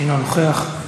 אינו נוכח.